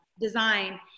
design